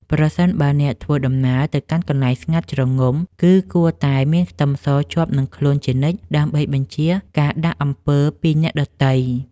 ប្រសិនបើអ្នកធ្វើដំណើរទៅកាន់កន្លែងស្ងាត់ជ្រងំគឺគួរតែមានខ្ទឹមសជាប់នឹងខ្លួនជានិច្ចដើម្បីបញ្ចៀសការដាក់អំពើពីអ្នកដទៃ។